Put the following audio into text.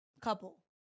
Couple